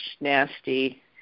nasty